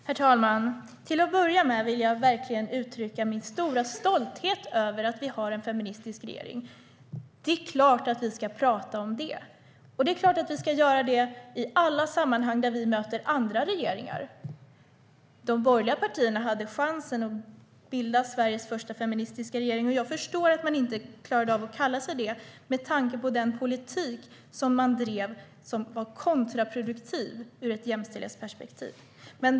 Herr talman! Låt mig till att börja med uttrycka min stora stolthet över att vi har en feministisk regering. Det är klart att vi ska tala om det, och vi ska göra det i alla sammanhang där vi möter andra regeringar. De borgerliga partierna hade chansen att bilda Sveriges första feministiska regering. Men jag förstår att man inte klarade av att kalla sig det med tanke på att den politik man drev var kontraproduktiv ur ett jämställdhetsperspektiv.